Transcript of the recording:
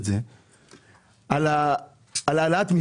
הוועדה קיימה 24 או 29 דיונים על העלאת מסים.